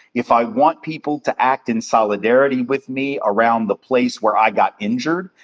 if i want people to act in solidarity with me around the place where i got injured,